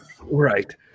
Right